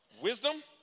Wisdom